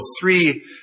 three